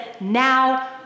now